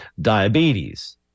diabetes